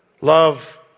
Love